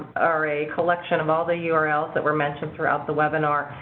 are a collection of all the yeah urls that were mentioned throughout the webinar.